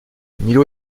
milo